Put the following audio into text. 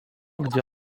gdzie